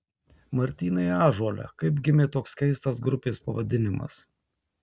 martynai ąžuole kaip gimė toks keistas grupės pavadinimas